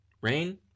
Rain